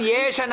כן, כן.